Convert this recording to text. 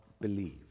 believe